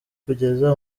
kugeza